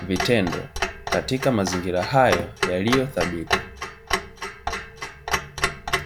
vitendo, katikati mazingira hayo yaliyo thabiti.